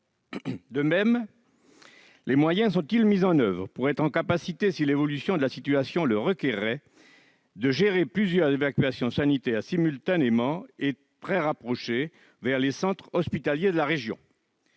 De même, les moyens sont-ils mis en oeuvre pour qu'il soit possible, si l'évolution de la situation le requérait, de gérer plusieurs évacuations sanitaires simultanées ou très rapprochées vers les centres hospitaliers de la région ?